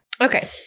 Okay